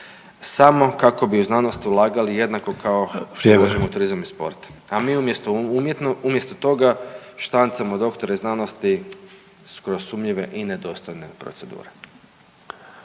samo kako bi u znanost ulagali jednako kao što ulažemo u turizam u sport, a mi umjesto toga štancamo doktore znanosti kroz sumnjive i nedostojne procedure.